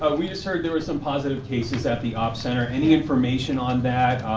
ah we just heard there were some positive cases at the opt center. any information on that,